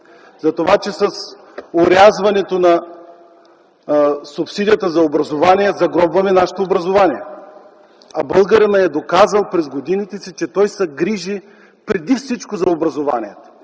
Затова, че с орязването на субсидията за образование загробваме нашето образование, а българинът е доказал през годините, че той се грижи преди всичко за образование